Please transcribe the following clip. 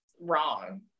wrong